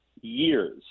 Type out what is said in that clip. years